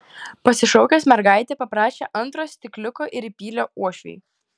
pasišaukęs mergaitę paprašė antro stikliuko ir įpylė uošviui